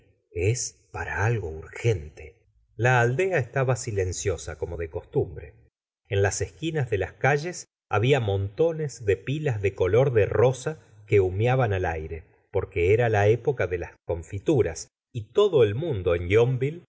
es para algo urgente la aldea estaba silenciosa como de costumbre en las esquinas de las calles había montones de pilas de color de rosa que humeaban al aire porque era la época de las confituras y todo el mundo en